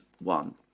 one